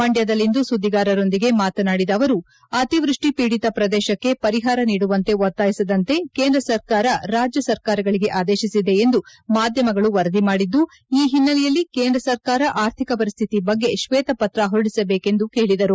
ಮಂಡ್ದದಲ್ಲಿಂದು ಸುದ್ದಿಗಾರರೊಂದಿಗೆ ಮಾತನಾಡಿದ ಅವರು ಅತಿವ್ಯಕ್ಕಿ ಪೀಡಿತ ಪ್ರದೇಶಕ್ಕೆ ಪರಿಹಾರ ನೀಡುವಂತೆ ಒತ್ತಾಯಿಸದಂತೆ ಕೇಂದ್ರ ಸರ್ಕಾರ ರಾಜ್ಯ ಸರ್ಕಾರಗಳಿಗೆ ಆದೇಶಿಸಿದೆ ಎಂದು ಮಾಧ್ವಮಗಳು ವರದಿ ಮಾಡಿದ್ದು ಈ ಹಿನ್ನಲೆಯಲ್ಲಿ ಕೇಂದ್ರ ಸರ್ಕಾರ ಆರ್ಥಿಕ ಪರಿಸ್ಥಿತಿ ಬಗ್ಗೆ ಕ್ವೇತಪತ್ರ ಹೊರಡಿಸಬೇಕೆಂದು ಹೇಳಿದರು